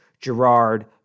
Gerard